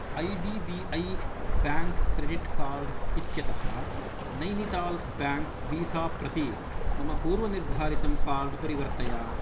I D B I bank credit card इत्यतः Nainital bank Visa प्रति मम पूर्वनिर्धारितं कार्ड् परिवर्तय